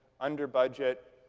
under budget.